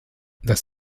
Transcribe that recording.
das